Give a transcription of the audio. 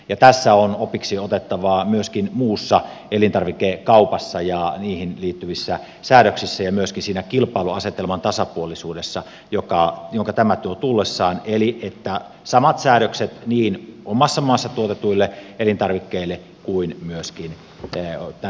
tässä on opiksi otettavaa myöskin muussa elintarvikekaupassa ja niihin liittyvissä säädöksissä ja myöskin siinä kilpailuasetelman tasapuolisuudessa jonka tämä tuo tullessaan eli samat säädökset niin omassa maassa tuotetuille elintarvikkeille kuin myöskin tänne tuoduille